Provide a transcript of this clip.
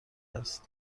است